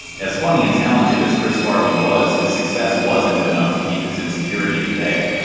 as funny and talented as chris farley was, his success wasn't enough to keep his insecurity at bay.